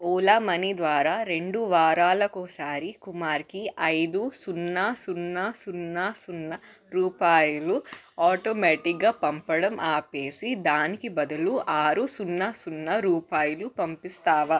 Ola Money ద్వారా రెండు వారాలకి ఒకసారి కుమార్కి ఐదు సున్నా సున్నా సున్నా సున్నా రూపాయలు ఆటోమేటిగ్గా పంపడం ఆపేసి దానికి బదులు ఆరు సున్నా సున్నా రూపాయలు పంపిస్తావా